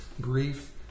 grief